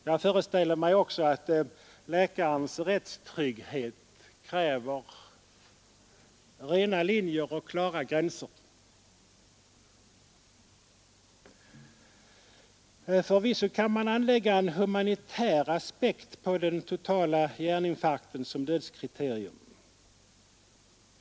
Jag föreställer mig också att läkarens rättstrygghet kräver rena linjer och klara gränser. Förvisso kan man anlägga en humanitär aspekt på den totala hjärninfarkten som dödskriterium.